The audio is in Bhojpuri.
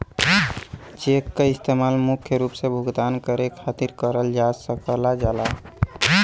चेक क इस्तेमाल मुख्य रूप से भुगतान करे खातिर करल जा सकल जाला